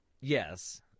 Yes